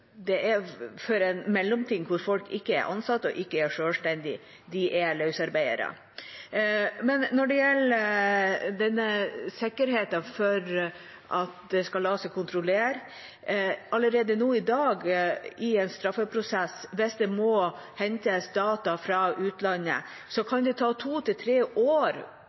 en mellomting hvor folk ikke er ansatt, og ikke er selvstendige – de er løsarbeidere. Men når det gjelder sikkerheten for at det skal la seg kontrollere: Allerede nå i dag i en straffeprosess hvis det må hentes data fra utlandet, kan det ta